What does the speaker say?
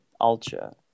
Ultra